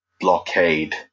blockade